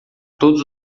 todos